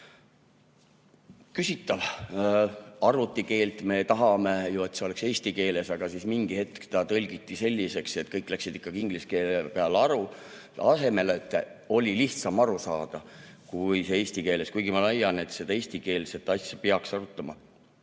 Küsitav. Arvutikeelt me tahame ju, et see oleks eesti keeles, aga mingi hetk ta tõlgiti selliseks, et kõik läksid ikkagi inglise keele peale, oli lihtsam aru saada kui eesti keelest. Kuigi ma leian, et seda eestikeelset asja peaks arutama.